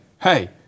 hey